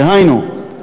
דהיינו,